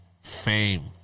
fame